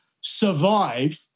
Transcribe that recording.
survive